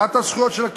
שמע,